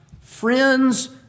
friends